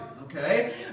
Okay